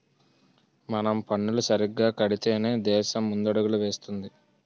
మనం పన్నులు సరిగ్గా కడితేనే దేశం ముందడుగులు వేస్తుంది